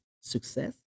success